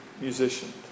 musician